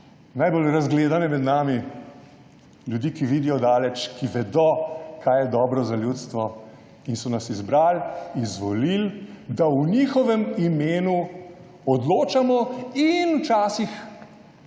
najbolj razgledane med nami, ljudi, ki vidijo daleč, ki vedo, kaj je dobro za ljudstvo. In so nas izbrali, izvolili, da v njihovem imenu odločamo in včasih populaciji,